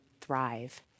thrive